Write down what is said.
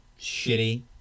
shitty